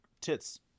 tits